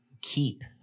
keep